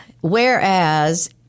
whereas